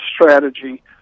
strategy